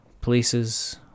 places